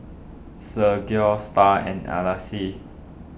Sergio Star and Alcide